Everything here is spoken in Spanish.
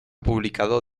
publicado